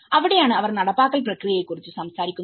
അവിടെയാണ് അവർ നടപ്പാക്കൽ പ്രക്രിയയെക്കുറിച്ച് സംസാരിക്കുന്നത്